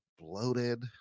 bloated